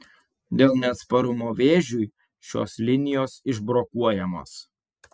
dėl neatsparumo vėžiui šios linijos išbrokuojamos